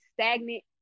stagnant